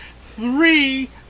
three